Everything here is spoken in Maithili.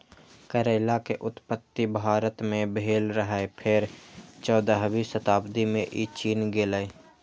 करैला के उत्पत्ति भारत मे भेल रहै, फेर चौदहवीं शताब्दी मे ई चीन गेलै